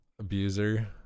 abuser